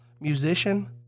musician